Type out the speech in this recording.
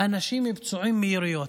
אנשים פצועים מיריות.